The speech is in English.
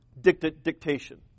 dictation